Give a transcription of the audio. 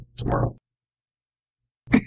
tomorrow